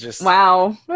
Wow